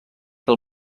del